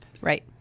Right